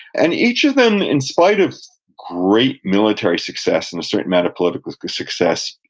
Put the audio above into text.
and each of them, in spite of great military success and a certain amount of political success,